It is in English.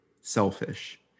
selfish